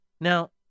Now